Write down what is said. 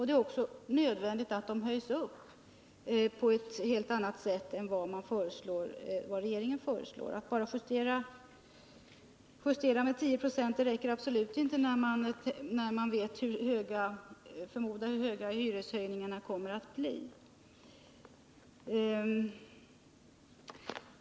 Det är också nödvändigt att de höjs på ett helt annat sätt än som regeringen föreslår. Att bara justera dem med 10 96 räcker absolut inte, när man vet hur höga — som jag förmodar — hyreshöjningarna kommer att bli.